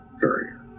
courier